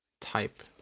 Type